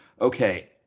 okay